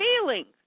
feelings